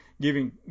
giving